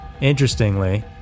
Interestingly